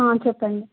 ఆ చెప్పండి